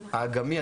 האג"מי,